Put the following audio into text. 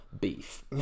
beef